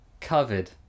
covered